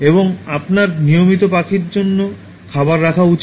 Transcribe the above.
এবং আপনার নিয়মিত পাখির জন্য খাবার রাখা উচিত